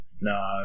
no